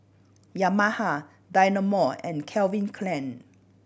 Yamaha Dynamo and Calvin Klein